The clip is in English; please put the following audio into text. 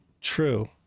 true